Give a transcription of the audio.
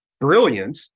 brilliant